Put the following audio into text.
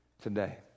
today